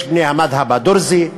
יש בני הדת הדרוזית,